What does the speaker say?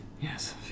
Yes